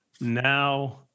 Now